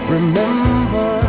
Remember